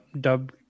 dub